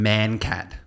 ManCat